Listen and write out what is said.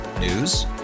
News